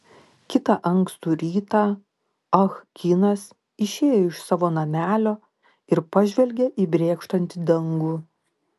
kitą ankstų rytą ah kinas išėjo iš savo namelio ir pažvelgė į brėkštantį dangų